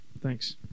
Thanks